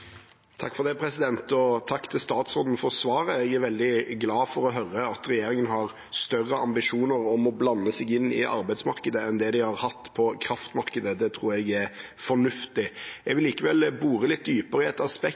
Takk til statsråden for svaret. Jeg er veldig glad for å høre at regjeringen har større ambisjoner om å blande seg inn i arbeidsmarkedet enn de har hatt i kraftmarkedet. Det tror jeg er fornuftig. Jeg vil likevel bore litt dypere i et aspekt